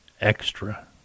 Extra